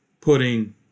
putting